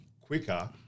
quicker